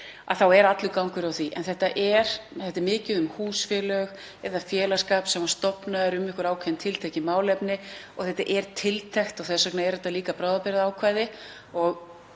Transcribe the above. Það er allur gangur á því en það er mikið um húsfélög eða félagsskap sem var stofnaður um einhver ákveðin tiltekin málefni. Þetta er tiltekt og þess vegna er líka um bráðabirgðaákvæði